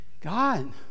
God